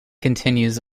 continues